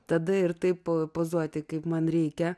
tada ir taip pozuoti kaip man reikia